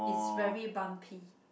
it's very bumpy